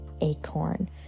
acorn